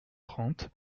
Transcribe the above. trente